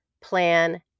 plan